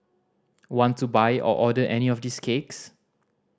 want to buy or order any of these cakes